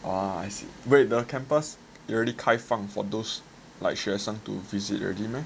ah I see wait the campus is already 开放 for those like 学生 to visit meh